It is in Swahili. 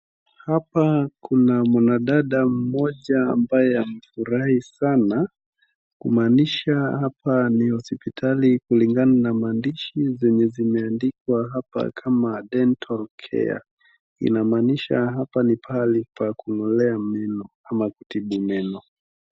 Hapa kuna mwanadada mmoja ambaye amefurahi sana kumaanisha hapa ni hospitali kulingana na maandishi zenye zimeandikwa hapa kama dental care . Inamaanisha hapa ni mahali pa kung'olea meno au kutibia meno.